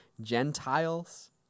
Gentiles